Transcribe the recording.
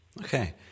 okay